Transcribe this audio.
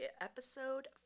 episode